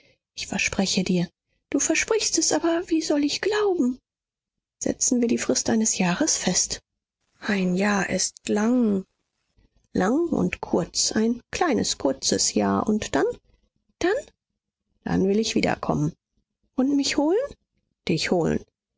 ich verspreche dir du versprichst es aber wie soll ich glauben setzen wir die frist eines jahres fest ein jahr ist lang lang und kurz ein kleines kurzes jahr und dann dann dann will ich wiederkommen und mich holen dich holen